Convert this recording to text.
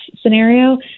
scenario